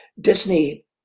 Disney